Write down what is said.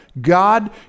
God